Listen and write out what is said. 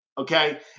Okay